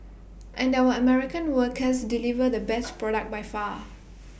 and our American workers deliver the best product by far